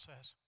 says